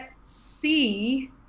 see